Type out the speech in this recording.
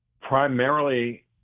primarily